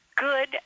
Good